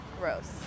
gross